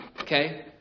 okay